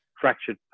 fractured